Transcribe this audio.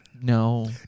No